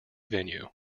venue